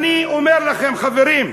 אני אומר לכם, חברים,